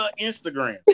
instagram